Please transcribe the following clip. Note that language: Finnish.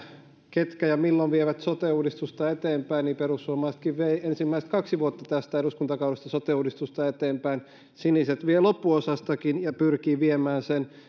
ketkä ja milloin vievät sote uudistusta eteenpäin niin perussuomalaisetkin veivät ensimmäiset kaksi vuotta tästä eduskuntakaudesta sote uudistusta eteenpäin siniset vievät loppuosastakin ja pyrkivät viemään sen